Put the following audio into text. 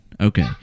Okay